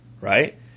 Right